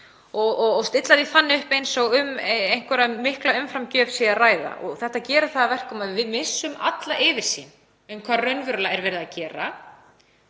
og stilla því upp eins og um einhverja mikla umframgjöf sé að ræða. Þetta gerir það að verkum að við missum alla yfirsýn um hvað raunverulega er verið að gera.